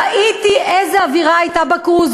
ראיתי איזו אווירה הייתה בקרוז,